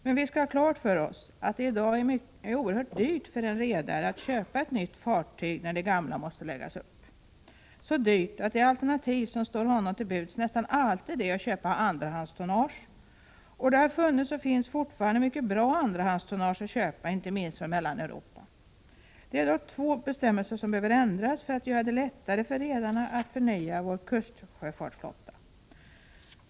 Men vi skall ha klart för oss att det i dag är oerhört dyrt för en redare att köpa ett nytt fartyg när det gamla måste läggas upp, så dyrt att det alternativ som står honom till buds nästan alltid är att köpa andrahandstonnage. Det har funnits och finns fortfarande mycket bra andrahandstonnage att köpa, inte minst från Mellaneuropa. Det är dock två bestämmelser som behöver ändras för att göra det lättare för redarna att förnya vår kustsjöfartsflotta.